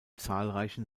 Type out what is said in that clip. zahlreichen